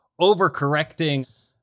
overcorrecting